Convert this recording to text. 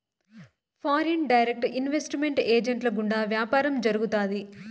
foreign direct investment ఏజెంట్ల గుండా వ్యాపారం జరుగుతాది